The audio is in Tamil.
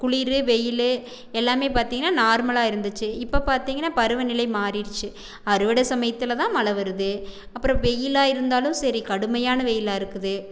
குளிர் வெயில் எல்லாம் பாத்திங்கன்னா நார்மலாக இருந்துச்சு இப்போ பாத்திங்கன்னா பருவநிலை மாறிடிச்சு அறுவடை சமயத்தில் தான் மழை வருது அப்புறம் வெயிலாக இருந்தாலும் சரி கடுமையான வெயிலாக இருக்குது